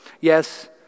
Yes